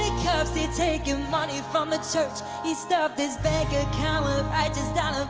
cuffs he'd taken money from the church he'd stuffed his bank account with righteous dollar